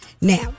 Now